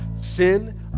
sin